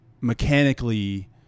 mechanically